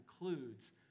includes